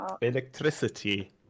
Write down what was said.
Electricity